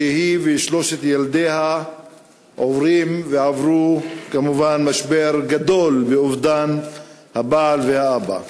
שהיא ושלושת ילדיה עוברים ועברו כמובן משבר גדול באובדן הבעל והאבא.